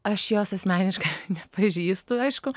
aš jos asmeniškai nepažįstu aišku